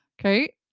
Okay